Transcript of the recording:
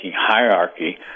hierarchy